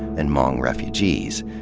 and hmong refugees.